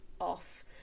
off